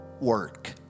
work